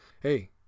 Hey